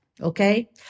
okay